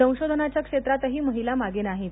संशोधनाच्या क्षेत्रातही महिला मागे नाहीत